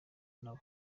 nabo